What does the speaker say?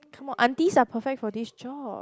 come on aunties are perfect for this job